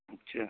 अच्छा